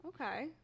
okay